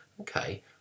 Okay